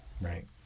right